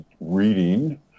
reading